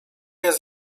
jest